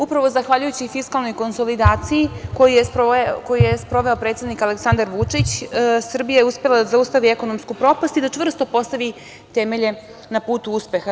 Upravo zahvaljujući fiskalnoj konsolidaciji koju je sproveo predsednik Aleksandar Vučić Srbija je uspela da zaustavi ekonomsku propast i da čvrsto postavi temelje na put uspeha.